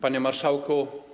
Panie Marszałku!